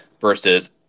versus